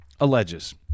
alleges